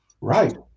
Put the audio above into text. Right